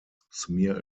smear